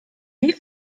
wie